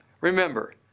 Remember